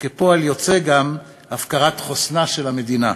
וכפועל יוצא גם הפקרת חוסנה של המדינה.